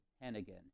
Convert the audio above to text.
Hannigan